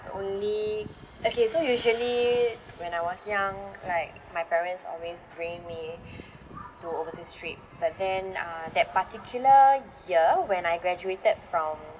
the only okay so usually when I was young like my parents always bring me to overseas trip but then uh that particular year when I graduated from